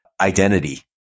identity